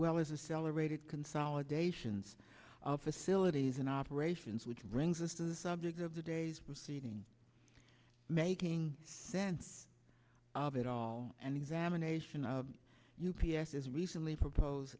well as a celebrated consolidations of facilities and operations which brings us to the subject of the days preceding making sense of it all and examination of u p s is recently propose